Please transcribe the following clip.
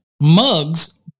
mugs